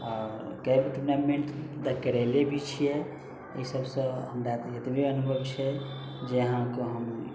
आ कए गो टूर्नामेन्ट तऽ करैले भी छियै ई सभसँ हमरा एतबे अनुभव छै जे अहाँकेँ हम